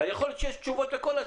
יכול להיות שיש תשובות לכל השאלות.